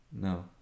No